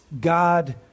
God